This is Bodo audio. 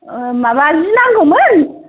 माबा जि नांगौमोन